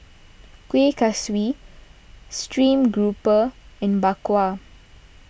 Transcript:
Kueh Kaswi Stream Grouper and Bak Kwa